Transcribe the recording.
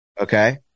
Okay